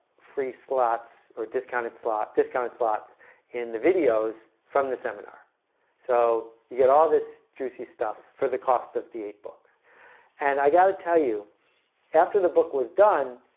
free slots or discounted slot discounted slots in the videos from the seminar so you get all this juicy stuff for the cost of the eight books and i got to tell you after the book was done